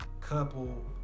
couple